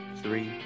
three